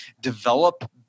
develop